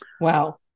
Wow